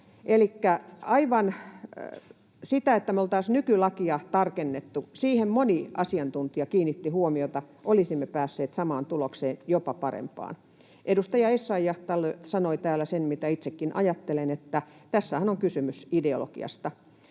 Elikkä aivan sillä, että me oltaisiin nykylakia tarkennettu — siihen moni asiantuntija kiinnitti huomiota — olisimme päässeet samaan tulokseen, jopa parempaan. Edustaja Essayah sanoi täällä sen, mitä itsekin ajattelen, että tässähän on kysymys ideologiasta.